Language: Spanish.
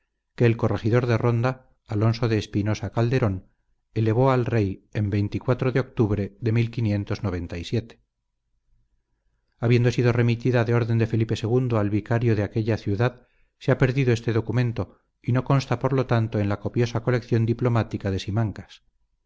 que el corregidor de ronda alonso de espinosa calderón elevó al rey en de octubre de habiendo sido remitida de orden de felipe ii al vicario de aquella ciudad se ha perdido este documento y no consta por lo tanto en la copiosa colección diplomática de simancas